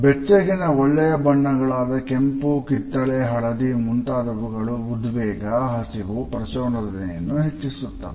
ಬೆಚ್ಚಗಿನ ಬಣ್ಣಗಳಾದ ಕೆಂಪು ಕಿತ್ತಳೆ ಹಳದಿ ಮುಂತಾದವುಗಳು ಉದ್ವೇಗ ಹಸಿವು ಪ್ರಚೋದನೆಯನ್ನು ಹೆಚ್ಚಿಸುತ್ತವೆ